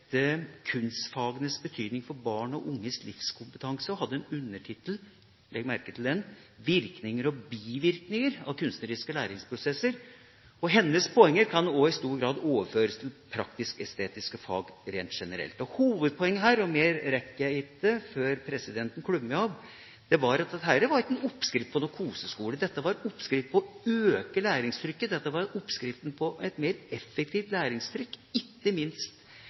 Kunstfagenes betydning for barn og unges livskompetanse og hadde som undertittel – legg merke til den – virkninger og bivirkninger av kunstneriske læringsprosesser. Hennes poenger kan også i stor grad overføres til praktisk-estetiske fag rent generelt. Hovedpoenget her – og mer rekker jeg ikke før presidenten klubber – er at dette er ikke en oppskrift på en koseskole. Dette er en oppskrift på å øke læringstrykket, det er en oppskrift på å få et mer effektivt læringstrykk, ikke minst